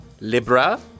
Libra